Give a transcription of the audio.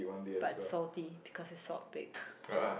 but salty because it salt baked